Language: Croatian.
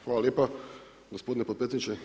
Hvala lijepa gospodine potpredsjedniče.